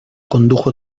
condujo